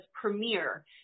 premiere